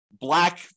black